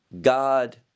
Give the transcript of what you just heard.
God